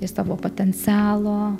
savo potencialo